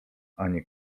ani